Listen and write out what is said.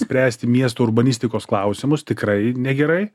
spręsti miesto urbanistikos klausimus tikrai negerai